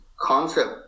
concept